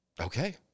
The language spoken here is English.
okay